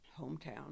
hometown